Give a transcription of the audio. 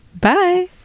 Bye